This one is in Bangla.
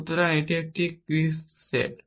সুতরাং এটি একটি ক্রিস্প সেট